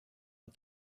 but